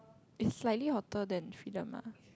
is slightly hotter than Freedom lah